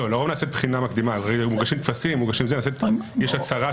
לא נעשה בחינה מקדימה, מוגשים טפסים ויש הצהרה.